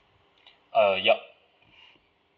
uh ya